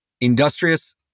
Industrious